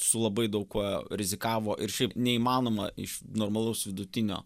su labai daug kuo rizikavo ir šiaip neįmanoma iš normalaus vidutinio